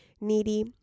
needy